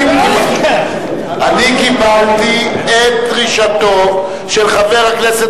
אני קיבלתי את דרישתו של חבר הכנסת